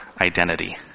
identity